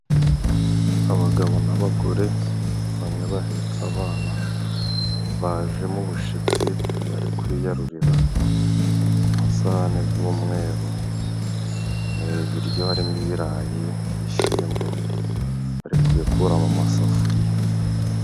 Abagabo n'abagore, bamwe bahetse abana, baje mu bushyitsi, bari kwiyarurira ku masahani y'umweru, ibiryo harimo ibirayi, bishyimbo, bari kubikura mu masafuriya.